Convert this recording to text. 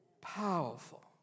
Powerful